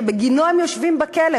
שבגינו הוא יושב בכלא,